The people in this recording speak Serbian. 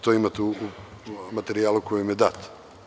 To imate u materijalu koji vam je dat.